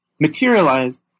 materialize